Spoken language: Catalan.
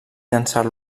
llançar